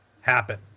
happen